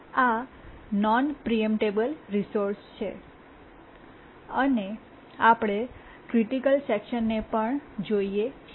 આ non preemptable resource છે અને આપણે ક્રિટિકલ સેકશનને પણ જોઈએ છીએ